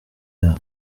yabo